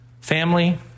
Family